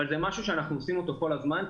אבל זה משהו שאנחנו עושים כל הזמן,